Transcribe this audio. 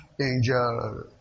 angel